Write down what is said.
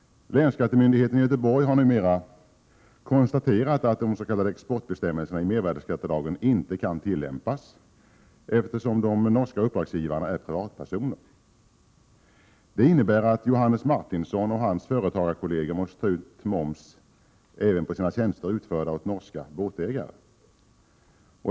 Länsskattemyndigheten i Göteborg har numera konstaterat att de s.k. exportbestämmelserna i mervärdeskattelagen inte kan tillämpas, eftersom de norska uppdragsgivarna är privatpersoner. Det innebär att Johannes Martinsson och hans företagarkolleger måste ta ut moms även på sina tjänster utförda åt norska båtägare.